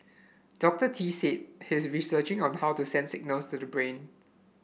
Doctor Tee said he is researching on how to send signals to the brain